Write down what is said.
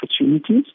opportunities